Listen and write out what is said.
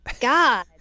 God